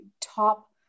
top